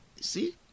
See